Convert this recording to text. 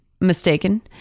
mistaken